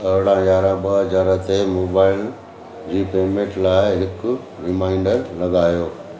अरिड़हं यारहं ॿ हज़ार ते मोबाइल जी पेमेंट लाइ हिकु रिमाइंडर लॻायो